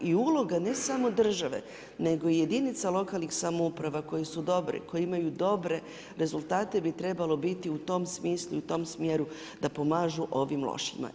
I uloga ne samo države nego i jedinica lokalnih samouprava koje su dobre, koje imaju dobre rezultate bi trebalo biti u tom smislu i tom smjeru da pomažu ovim lošijima.